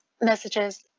messages